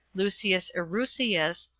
lucius erucius,